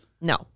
No